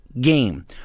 game